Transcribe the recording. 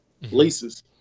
leases